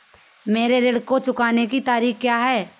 मेरे ऋण को चुकाने की तारीख़ क्या है?